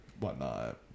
whatnot